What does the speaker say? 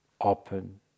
open